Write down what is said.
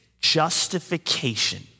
justification